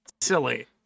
silly